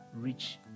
reach